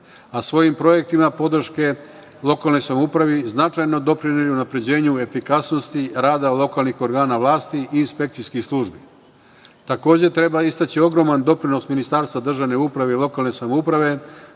a svojim projektima podrške lokalnoj samoupravi značajno doprineli unapređenju efikasnosti rada lokalnih organa vlasti i inspekcijskih službi. Takođe, treba istaći ogroman doprinos Ministarstva državne uprave i lokalne samouprave